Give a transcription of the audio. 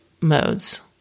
modes